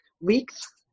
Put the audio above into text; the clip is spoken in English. weeks